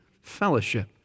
fellowship